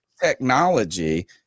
technology